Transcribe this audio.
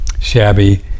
shabby